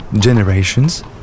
generations